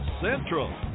Central